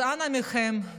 אז אנא מכם,